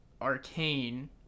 arcane